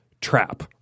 trap